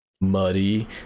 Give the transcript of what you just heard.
muddy